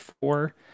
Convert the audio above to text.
four